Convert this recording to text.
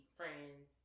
friends